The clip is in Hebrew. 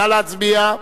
נא להצביע.